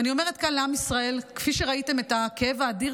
אסור היה לי להאמין לתומך הטרור הזה,